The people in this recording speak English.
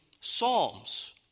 psalms